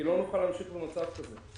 לא נוכל להמשיך במצב כזה.